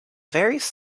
varies